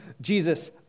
Jesus